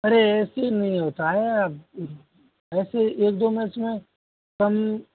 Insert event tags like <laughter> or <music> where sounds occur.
अरे ऐसे नहीं होता है <unintelligible> ऐसे एक दो मैच में कम